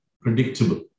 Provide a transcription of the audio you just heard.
predictable